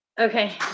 Okay